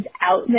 out